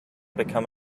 become